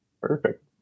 Perfect